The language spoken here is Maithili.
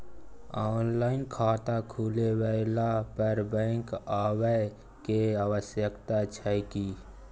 ऑनलाइन खाता खुलवैला पर बैंक आबै के आवश्यकता छै की?